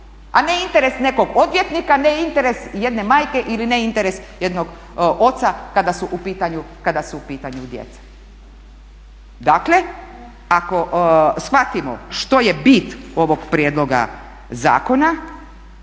a ne interes nekog odvjetnika, ne interes jedne majke ili ne interes jednog oca kada su u pitanju djeca. Dakle ako shvatimo što je bit ovog prijedloga zakona,